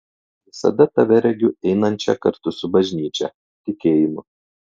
visada tave regiu einančią kartu su bažnyčia tikėjimu